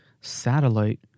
satellite